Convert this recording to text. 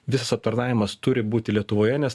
visas aptarnavimas turi būti lietuvoje nes